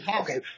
okay